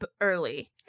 early